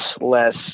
less